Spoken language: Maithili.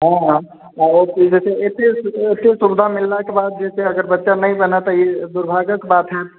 हँ एते सुविधामिललाके बाद जे छै से अगर बच्चा नहि बनै तऽ ई दुर्भाग्यक बात होयत